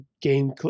game